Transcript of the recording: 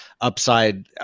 upside